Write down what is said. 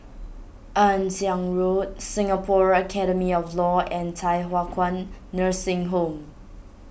Ann Siang Road Singapore Academy of Law and Thye Hua Kwan Nursing Home